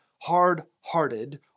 hard-hearted